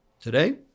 Today